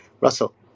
Russell